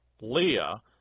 Leah